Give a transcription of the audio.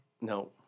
No